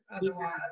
otherwise